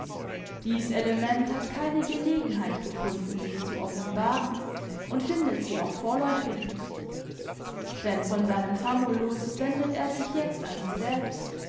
dies element hat keine gelegenheit gefunden sich zu offenbaren und findet sie auch vorläufig nicht denn von seinem famulus wendet er sich jetzt an sie selbst